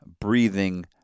breathing